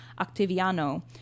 Octaviano